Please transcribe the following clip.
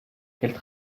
qu’elle